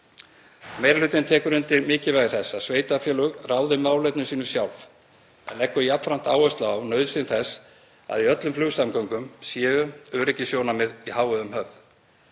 Meiri hlutinn tekur undir mikilvægi þess að sveitarfélög ráði málefnum sínum sjálf en leggur jafnframt áherslu á nauðsyn þess að í öllum flugsamgöngum séu öryggissjónarmið í hávegum höfð.